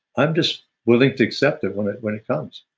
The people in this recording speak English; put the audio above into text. i'm just willing to accept it when it when it comes